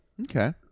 Okay